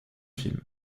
film